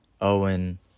Owen